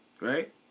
Right